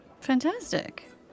Fantastic